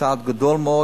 צעד גדול מאוד.